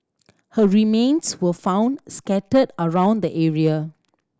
her remains were found scattered around the area